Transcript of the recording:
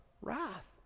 wrath